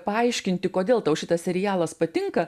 paaiškinti kodėl tau šitas serialas patinka